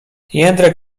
jędrek